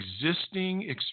existing